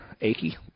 achy